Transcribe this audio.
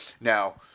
Now